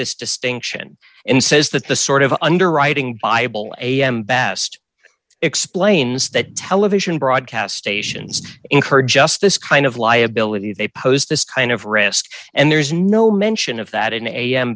this distinction and says that the sort of underwriting buyable i am best explains that television broadcast stations encourage just this kind of liability they pose this kind of risk and there's no mention of that in a